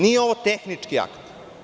Nije ovo tehnički akt.